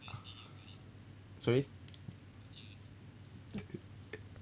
sorry